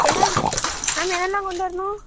என்ன ma'am ma'am என்னென்ன கொண்டு வரணும்